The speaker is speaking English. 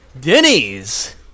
Denny's